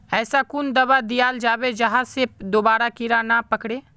ऐसा कुन दाबा दियाल जाबे जहा से दोबारा कीड़ा नी पकड़े?